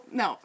no